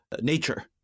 nature